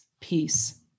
peace